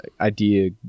idea